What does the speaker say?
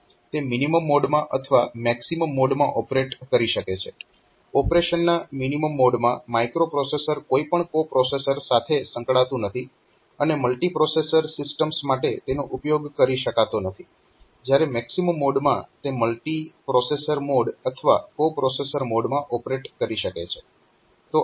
તે મિનીમમ મોડમાં અથવા મેક્સીમમ મોડમાં ઓપરેટ કરી શકે છે ઓપરેશનના મિનીમમ મોડમાં માઇક્રોપ્રોસેસર કોઈ પણ કો પ્રોસેસર સાથે સંકળાતું નથી અને મલ્ટીપ્રોસેસર સિસ્ટમ્સ માટે તેનો ઉપયોગ કરી શકાતો નથી જ્યારે મેક્સીમમ મોડમાં તે મલ્ટીપ્રોસેસર મોડ અથવા કો પ્રોસેસર મોડમાં ઓપરેટ કરી શકે છે